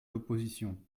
l’opposition